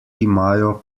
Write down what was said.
imajo